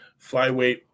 flyweight